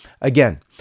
Again